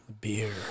beer